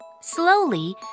Slowly